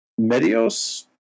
Medios